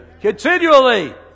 Continually